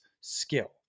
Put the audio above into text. skill